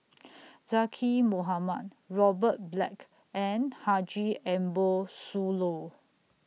Zaqy Mohamad Robert Black and Haji Ambo Sooloh